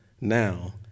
now